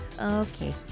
Okay